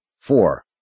Four